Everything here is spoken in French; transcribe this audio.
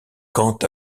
quand